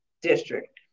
district